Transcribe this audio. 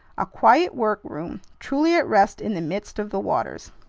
a quiet work room truly at rest in the midst of the waters!